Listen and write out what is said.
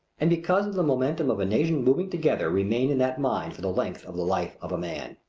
and because of the momentum of a nation moving together, remain in that mind for the length of the life of a man.